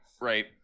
right